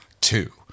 two